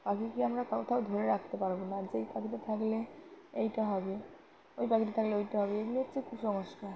পাখিকে আমরা কোথাও ধরে রাখতে পারবো না যেই পাখিটা থাকলে এইটা হবে ওই পাখিটা থাকলে ওইটা হবে এগুলো হচ্ছে কুসংস্কার